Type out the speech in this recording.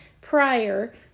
prior